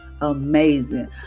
amazing